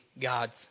God's